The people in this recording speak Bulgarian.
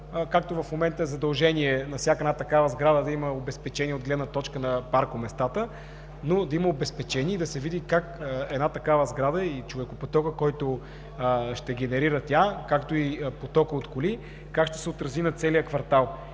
както в момента е задължение всяка една такава сграда да има обезпечение от гледна точка на паркоместата, но да има обезпечение и да се види как една такава сграда – човекопотока, който ще генерира тя, както и потока от коли, как ще се отразят на целия квартал.